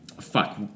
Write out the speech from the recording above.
fuck